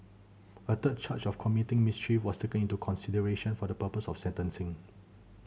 a third charge of committing mischief was taken into consideration for the purpose of sentencing